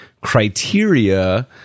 criteria